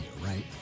right